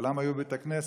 כולם היו בית הכנסת,